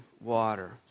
water